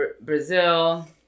Brazil